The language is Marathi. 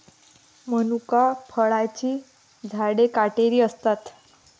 मनुका फळांची झाडे काटेरी असतात